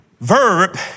Verb